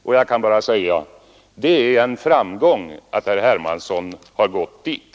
Och jag kan bara säga: Det är en framgång att herr Hermansson har gått dit.